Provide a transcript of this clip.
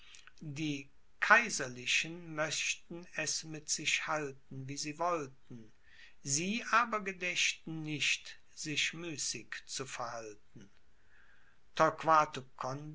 die kaiserlichen möchten es mit sich halten wie sie wollten sie aber gedächten nicht sich müßig zu verhalten